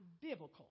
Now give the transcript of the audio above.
biblical